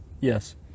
Yes